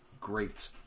great